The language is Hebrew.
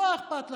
לא אכפת לכם.